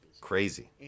Crazy